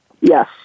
Yes